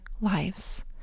lives